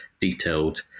detailed